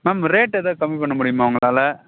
ma'am rate ஏதாவது கம்மி பண்ண முடியுமா உங்களால்